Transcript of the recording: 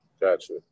Gotcha